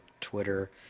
Twitter